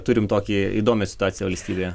turim tokį įdomią situaciją valstybėje